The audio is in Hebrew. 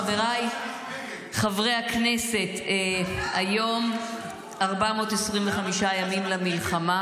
חבריי חברי הכנסת, היום 425 ימים למלחמה,